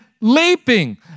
leaping